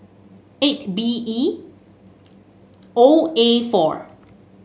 eight B E O A four